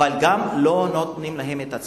וגם להן לא נותנים את מה שצריך.